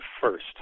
First